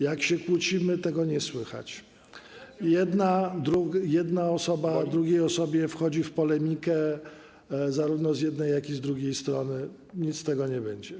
Jak się kłócimy, to tego nie słychać, jedna osoba drugiej osobie wchodzi w polemikę, zarówno z jednej, jak i z drugiej strony - nic z tego nie będzie.